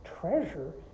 treasure